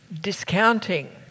discounting